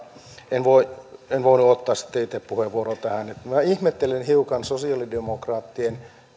en voinut ottaa sitten itse puheenvuoroa tähän minä ihmettelen hiukan sosialidemokraattien